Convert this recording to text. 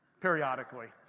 Periodically